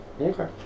Okay